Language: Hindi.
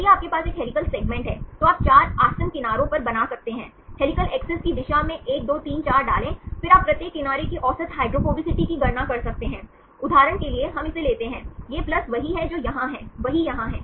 यदि आपके पास एक हेलिकल सेगमेंट है तो आप 4 आसन्न किनारों पर बना सकते हैं हेलिकल एक्सिस की दिशा में 1 2 3 4 डालें फिर आप प्रत्येक किनारे के औसत हाइड्रोफोबिसिटी की गणना कर सकते हैं उदाहरण के लिए हम इसे लेते हैं ये प्लस वही है जो यहाँ है वही यहाँ है